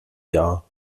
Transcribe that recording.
jahr